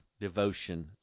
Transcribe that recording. devotion